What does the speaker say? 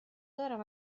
دارم